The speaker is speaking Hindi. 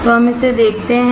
तो हम इसे देखते हैं